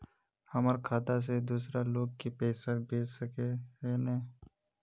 हमर खाता से दूसरा लोग के पैसा भेज सके है ने?